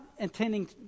intending